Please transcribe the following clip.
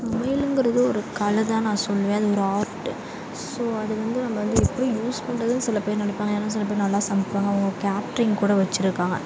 சமையலுங்கிறது ஒரு கலைதான் நான் சொல்லுவேன் அது ஒரு ஆர்ட் ஸோ அதை வந்து நம்ம வந்து எப்படி யூஸ் பண்ணுறதுன்னு சில பேர் நினைப்பாங்க ஏன்னா சில பேர் நல்லா சமைப்பாங்க அவங்க கேட்ரிங் கூட வச்சியிருக்காங்க